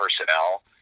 personnel